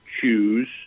choose